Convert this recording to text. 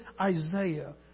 Isaiah